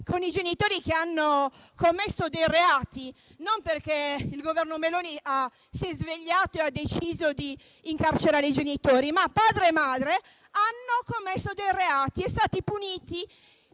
con i genitori che hanno commesso dei reati non perché il Governo Meloni si è svegliato e ha deciso di incarcerare i genitori; padre e madre hanno commesso dei reati e sono stati puniti.